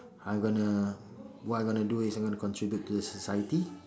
I gonna what I gonna do is I'm gonna contribute to the society